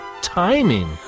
timing